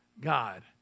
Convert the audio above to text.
God